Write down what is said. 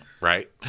right